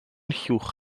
llwch